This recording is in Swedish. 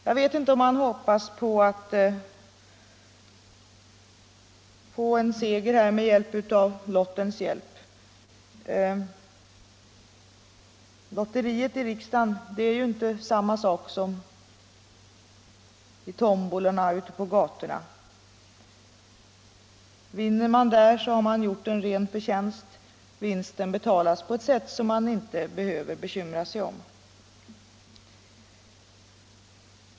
Jag vet inte om de hoppas på en seger med lottens hjälp. Lotteriet i riksdagen är ju inte samma sak som vid en tombola ute på gatan. Vinner man där har man gjort en ren förtjänst — vinsten betalas på ett sätt som man inte behöver bekymra sig över.